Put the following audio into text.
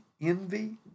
envy